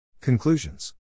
Conclusions